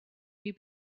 you